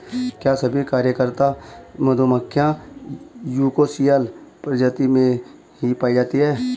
क्या सभी कार्यकर्ता मधुमक्खियां यूकोसियल प्रजाति में ही पाई जाती हैं?